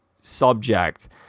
subject